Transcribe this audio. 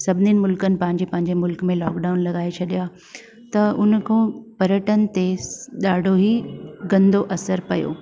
सभिनी मुल्कनि पंहिंजी पंहिंजी मुल्क में लॉकडाउन लॻाए छॾिया त उन खां पर्यटन ते ॾाढो ई गंदो असर पयो